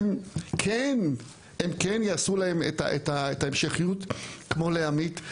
הם כן יעשו להם את ההמשכיות כמו לעמית.